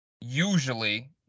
usually